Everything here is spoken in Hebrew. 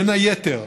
בין היתר,